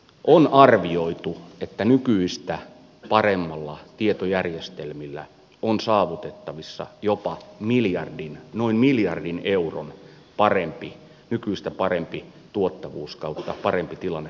on arvioitu että nykyistä paremmilla tietojärjestelmillä on saavutettavissa jopa noin miljardi euroa nykyistä parempi tuottavuus tai parempi tilanne sosiaali ja terveydenhuollossa